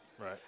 Right